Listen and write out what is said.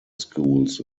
schools